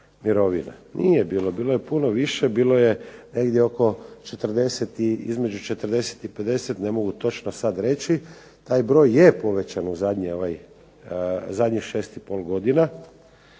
Nije bilo, bilo je puno više. Bilo je oko 40 i, između 40 i 50. Ne mogu točno sad reći. Taj broj je povećan u zadnjih šest godina,